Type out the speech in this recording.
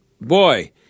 boy